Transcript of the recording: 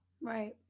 Right